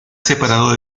separado